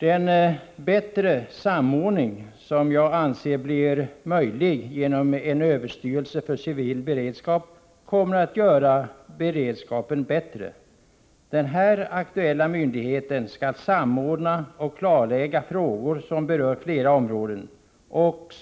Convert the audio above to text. Den bättre samordning som jag anser blir möjlig genom en överstyrelse för civil beredskap kommer att göra beredskapen bättre. Den här aktuella myndigheten skall samordna och klarlägga frågor som berör flera områden, och